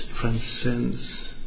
transcends